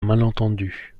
malentendu